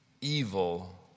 evil